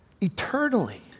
eternally